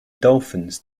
dolphins